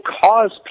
cause